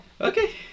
Okay